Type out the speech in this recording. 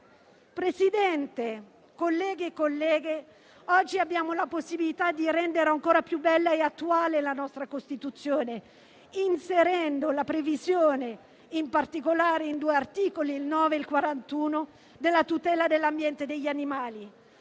Presidente, colleghi e colleghe, oggi abbiamo la possibilità di rendere ancora più bella e attuale la nostra Costituzione, inserendo la previsione, in particolare in due articoli, il 9 e il 41, della tutela dell'ambiente e degli animali.